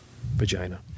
Vagina